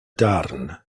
darn